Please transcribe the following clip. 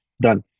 Done